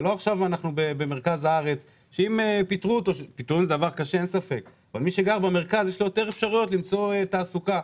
למי שגר במרכז יש יותר אפשרויות למצוא תעסוקה.